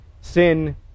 sin